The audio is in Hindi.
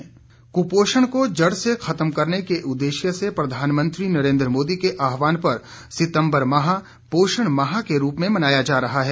पोषण माह कुपोषण को जड़ से खत्म करने के उद्देश्य से प्रधानमंत्री नरेंद्र मोदी के आहवान पर सितम्बर माह पोषण माह के रूप में मनाया जा रहा है